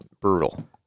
brutal